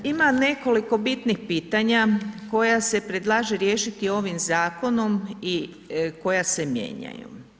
Ima nekoliko bitnih pitanja koja se predlaže riješiti ovim zakonom i koja se mijenjaju.